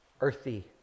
earthy